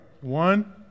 One